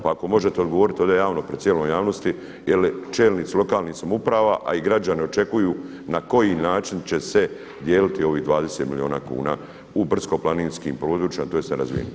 Pa evo ako možete odgovoriti ovdje javno pred cijelom javnosti ili čelnici lokalnih samouprava, a i građani očekuju na koji način će se dijeliti ovih 20 milijuna kuna u brdsko-planinskim područjima tj. nerazvijenim.